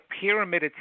pyramid